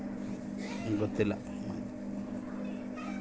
ಕೊಯ್ಲು ನಂತರ ರೈತರು ಬೆಳೆದ ಬೆಳೆಯನ್ನು ಯಾವ ರೇತಿ ಆದ ಮಾಡ್ತಾರೆ?